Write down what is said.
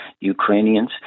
Ukrainians